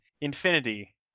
infinity